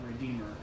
Redeemer